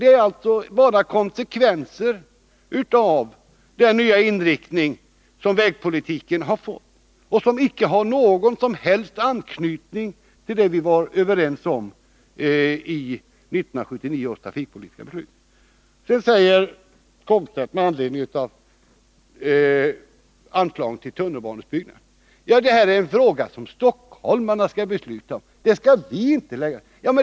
Det är alltså konsekvenser av den nya inriktning som vägpolitiken har fått, en inriktning som icke har någon som helst anknytning till det vi var överens om i 1979 års trafikpolitiska beslut. Sedan säger Wiggo Komstedt med anledning av anslaget till tunnelbaneutbyggnaden att det är en fråga som stockholmarna skall besluta om och som riksdagen inte skall lägga sig i.